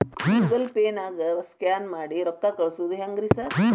Google ಪೇನಾಗ scan ಮಾಡಿ ರೊಕ್ಕಾ ಕಳ್ಸೊದು ಹೆಂಗ್ರಿ ಸಾರ್?